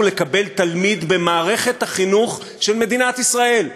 לקבל תלמיד במערכת החינוך של מדינת ישראל.